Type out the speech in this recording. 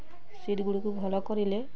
seat ଗୁଡ଼ିକୁ ଭଲ କରିଲେ